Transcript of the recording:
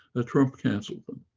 ah trump cancelled them,